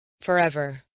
forever